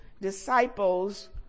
disciples